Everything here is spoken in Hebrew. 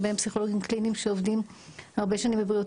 שבהן אפשר לתת לפסיכולוגים קליניים שעובדים הרבה שנים בבריאות